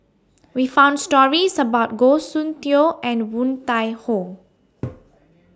We found stories about Goh Soon Tioe and Woon Tai Ho